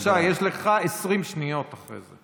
בבקשה, יש לך 20 שניות אחרי זה.